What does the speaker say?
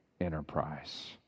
enterprise